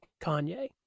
Kanye